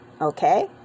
okay